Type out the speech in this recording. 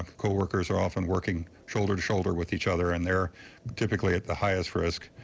coworkers are often working shoulder to shoulder with each other. and they are typically at the highest risk.